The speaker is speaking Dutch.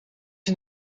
een